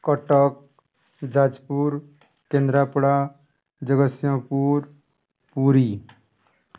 Cuttack Jajpur Kendrapara Jagatsinghpur Puri